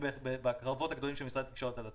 והייתי בקרבות הגדולים של משרד התקשורת על התחרות.